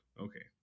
Okay